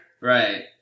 Right